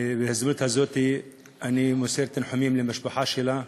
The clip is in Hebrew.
בהזדמנות הזאת אני מוסר תנחומים למשפחה שלה,